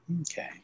Okay